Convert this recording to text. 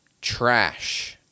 Trash